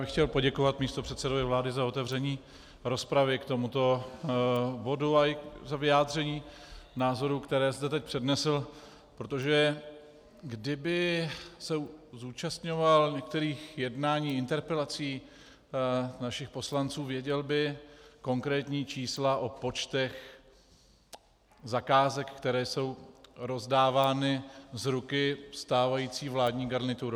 Chtěl bych poděkovat místopředsedovi vlády za otevření rozpravy k tomuto bodu a i za vyjádření názorů, které zde teď přednesl, protože kdyby se zúčastňoval některých jednání, interpelací našich poslanců, věděl by konkrétní čísla o počtech zakázek, které jsou rozdávány z ruky stávající vládní garniturou.